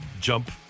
jump